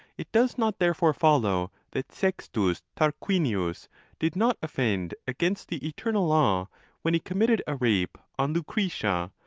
it does not therefore follow that sextus tarquinius did not offend against the eternal law when he committed a rape on lucretia,